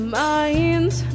mind's